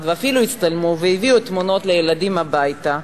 ואפילו הצטלמו והביאו תמונות לילדים הביתה,